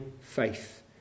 faith